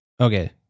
Okay